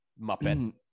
Muppet